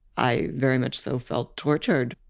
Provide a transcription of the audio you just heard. i very much so felt tortured.